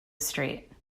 street